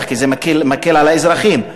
כי זה מקל על האזרחים,